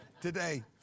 today